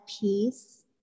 peace